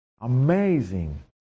amazing